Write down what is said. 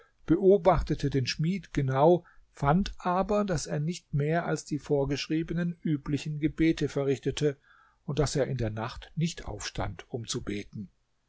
beobachtete den schmied genau fand aber daß er nicht mehr als die vorgeschriebenen üblichen gebete verrichtete und daß er in der nacht nicht aufstand um zu beten